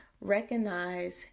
recognize